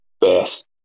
best